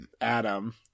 Adam